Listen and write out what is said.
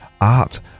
Art